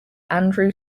andrew